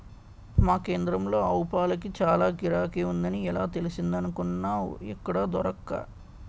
మా కేంద్రంలో ఆవుపాలకి చాల గిరాకీ ఉందని ఎలా తెలిసిందనుకున్నావ్ ఎక్కడా దొరక్క